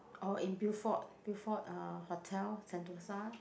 or in Beaufort Beaufort uh hotel Sentosa